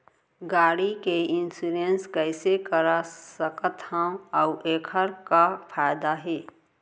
गाड़ी के इन्श्योरेन्स कइसे करा सकत हवं अऊ एखर का फायदा हे?